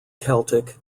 celtic